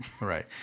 Right